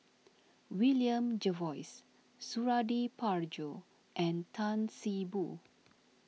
William Jervois Suradi Parjo and Tan See Boo